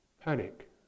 Panic